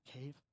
cave